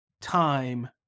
time